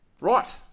Right